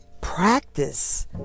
practice